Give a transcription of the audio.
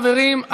חברים,